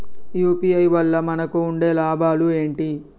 UPI వల్ల మనకు ఉండే లాభాలు ఏంటి?